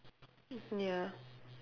ya